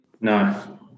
no